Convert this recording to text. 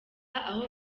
aho